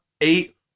eight